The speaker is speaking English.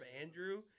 Andrew